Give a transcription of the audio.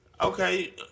Okay